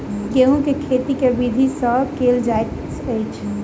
गेंहूँ केँ खेती केँ विधि सँ केल जाइत अछि?